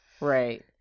right